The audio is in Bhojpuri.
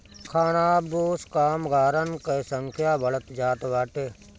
खानाबदोश कामगारन कअ संख्या बढ़त जात बाटे